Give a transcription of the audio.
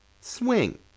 swing